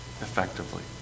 effectively